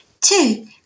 Two